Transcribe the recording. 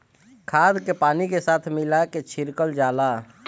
खाद के पानी के साथ मिला के छिड़कल जाला